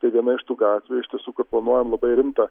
tai viena iš tų gatvių iš tiesų kur planuojam labai rimtą